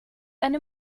eine